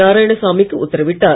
நாராயணசாமிக்கு உத்தரவிட்டார்